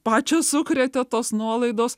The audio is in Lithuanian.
pačią sukrėtė tos nuolaidos